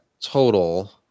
total